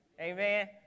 Amen